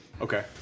Okay